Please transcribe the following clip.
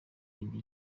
yindi